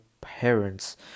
parents